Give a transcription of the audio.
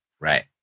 Right